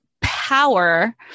power